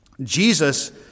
Jesus